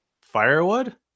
Firewood